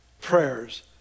prayers